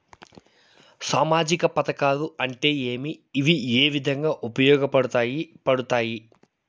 సామాజిక పథకాలు అంటే ఏమి? ఇవి ఏ విధంగా ఉపయోగపడతాయి పడతాయి?